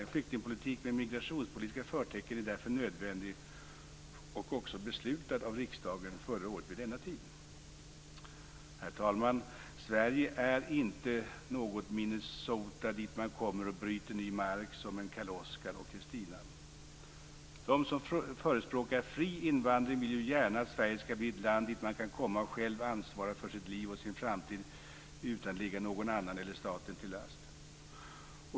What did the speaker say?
En flyktingpolitik med migrationspolitiska förtecken är därför nödvändig och också beslutad av riksdagen förra året vid denna tid. Herr talman! Sverige är inte något Minnesota dit man kommer och bryter ny mark som Karl-Oskar och Kristina. De som förespråkar fri invandring vill ju gärna att Sverige skall bli ett land dit man kan komma och själv ansvara för sitt liv och sin framtid utan att ligga någon annan eller staten till last.